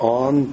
on